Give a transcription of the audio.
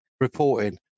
reporting